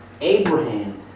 Abraham